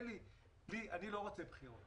אני לא רוצה בחירות.